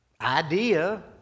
idea